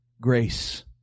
Grace